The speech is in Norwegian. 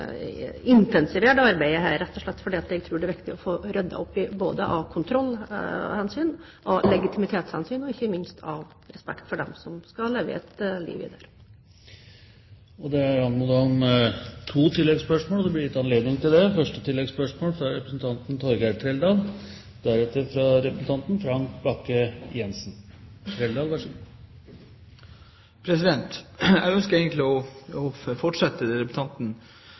rett og slett fordi jeg tror det er viktig å få ryddet opp av kontrollhensyn, av legitimitetshensyn og, ikke minst, av respekt for dem som skal leve et liv i denne næringen. Det blir gitt anledning til to oppfølgingsspørsmål – først Torgeir Trældal. Jeg ønsker egentlig å fortsette representanten Nesviks spørsmål, og det